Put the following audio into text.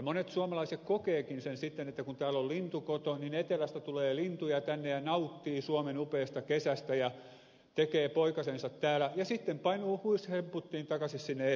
monet suomalaiset kokevatkin sen sitten niin että kun täällä on lintukoto niin etelästä tulee lintuja tänne ja ne nauttivat suomen upeasta kesästä ja tekevät poikasensa täällä ja sitten painuvat huishemputtiin takaisin sinne etelään